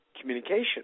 communication